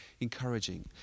encouraging